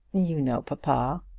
you know papa.